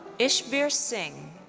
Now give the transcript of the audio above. ishbir singh.